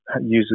usually